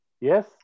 Yes